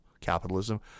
capitalism